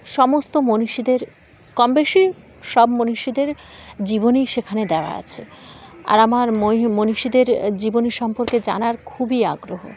সমস্ত মনীষীদের কম বেশি সব মনীষীদের জীবনী সেখানে দেওয়া আছে আর আমার ময়ি মনীষীদের জীবনী সম্পর্কে জানার খুবই আগ্রহ